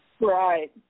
Right